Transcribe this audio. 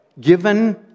Given